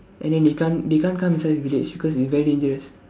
and then they can't they can't come inside his village because it's very dangerous